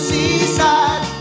Seaside